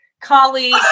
colleague